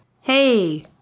Hey